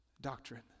doctrine